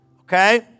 Okay